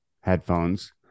headphones